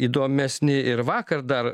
įdomesni ir vakar dar